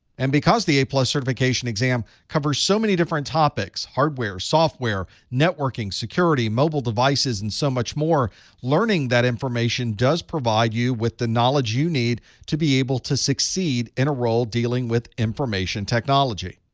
and because the a certification exam covers so many different topics hardware, software, networking, security, mobile devices, and so much more learning that information does provide you with the knowledge you need to be able to succeed in a role dealing with information technology.